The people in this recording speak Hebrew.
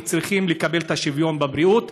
הם צריכים לקבל את השוויון בבריאות.